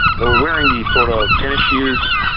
they were wearing these sort of tennis shoes,